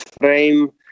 frame